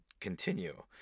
continue